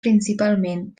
principalment